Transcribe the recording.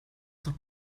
doch